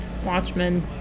Watchmen